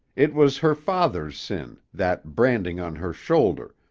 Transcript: it was her father's sin, that branding on her shoulder,